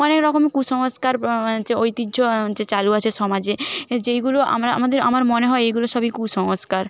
অনেক রকম কুসংস্কার আছে ঐতিহ্য চা চালু আছে সমাজে যেইগুলো আমরা আমাদের আমার মনে হয় এগুলো সবই কুসংস্কার